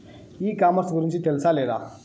ఈ కామర్స్ గురించి తెలుసా లేదా?